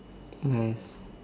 nice